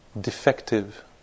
defective